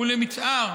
ולמצער,